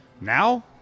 now